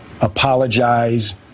apologize